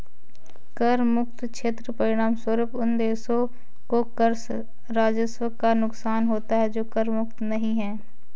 कर मुक्त क्षेत्र के परिणामस्वरूप उन देशों को कर राजस्व का नुकसान होता है जो कर मुक्त क्षेत्र नहीं हैं